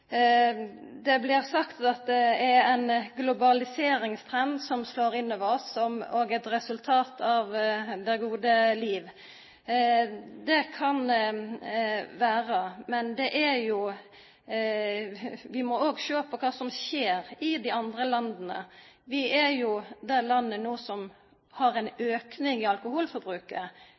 Det blir sagt at det er ein globaliseringstrend som slår inn over oss, som òg er eit resultat av det gode liv. Det kan vera, men vi må òg sjå på kva som skjer i dei andre landa. Vi er det landet som har ein auke i alkoholforbruket